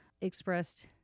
expressed